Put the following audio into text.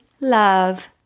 love